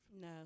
No